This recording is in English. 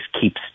keeps